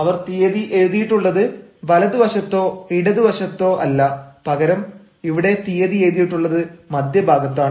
അവർ തീയതി എഴുതിയിട്ടുള്ളത് വലതുവശത്തോ ഇടതുവശത്തോ അല്ല പകരം ഇവിടെ തീയതി എഴുതിയിട്ടുള്ളത് മധ്യഭാഗത്താണ്